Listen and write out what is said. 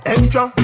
Extra